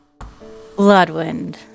Bloodwind